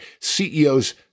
CEOs